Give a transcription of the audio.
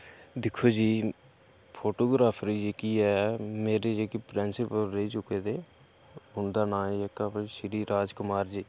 दिक्खो जी फोटोग्राफरी जेह्की ऐ मेरे जेह्के प्रिंसि'पल रेही चुके दे उं'दा नांऽ जेह्का श्री राज कुमार जी